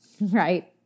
right